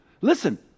Listen